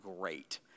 great